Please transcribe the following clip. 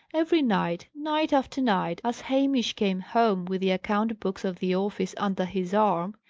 every night, night after night, as hamish came home with the account-books of the office under his arm,